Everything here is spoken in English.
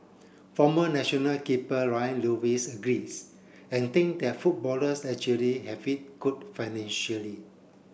former national keeper Lion Lewis agrees and think that footballers actually have it good financially